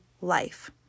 life